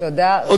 תודה רבה לך.